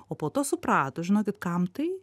o po to suprato žinokit kam tai